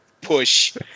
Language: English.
push